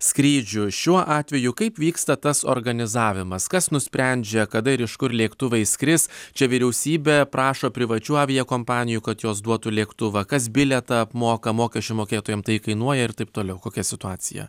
skrydžių šiuo atveju kaip vyksta tas organizavimas kas nusprendžia kada ir iš kur lėktuvai skris čia vyriausybė prašo privačių aviakompanijų kad jos duotų lėktuvą kas bilietą apmoka mokesčių mokėtojam tai kainuoja ir taip toliau kokia situacija